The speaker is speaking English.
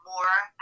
more